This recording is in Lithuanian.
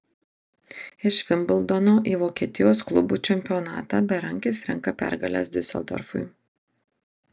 iš vimbldono į vokietijos klubų čempionatą berankis renka pergales diuseldorfui